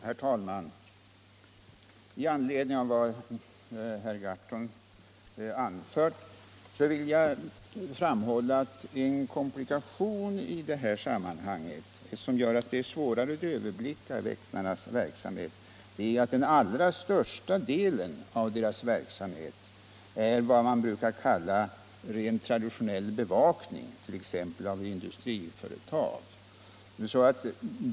Herr talman! Med anledning av det herr Gahrton anfört vill jag framhålla att en komplikation i sammanhanget, som gör det svårare att överblicka väktarnas verksamhet, är att den allra största delen av deras verksamhet utgörs av vad man brukar kalla traditionell bevakning, 1. ex. av industriföretag.